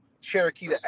Cherokee